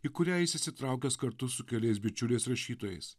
į kurią jis įsitraukęs kartu su keliais bičiuliais rašytojais